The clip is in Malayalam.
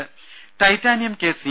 രേര ടൈറ്റാനിയം കേസ് സി